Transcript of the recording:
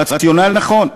רציונל נכון.